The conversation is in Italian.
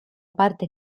parte